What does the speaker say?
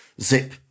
zip